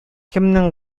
кемнең